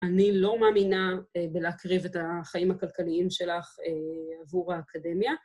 אני לא מאמינה בלהקריב את החיים הכלכליים שלך עבור האקדמיה.